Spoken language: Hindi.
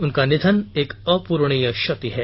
उनका निधन एक अप्रणीय क्षति है